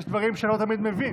יש דברים שלא תמיד אני מבין.